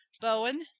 bowen